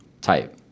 type